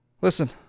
Listen